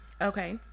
Okay